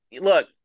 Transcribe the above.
look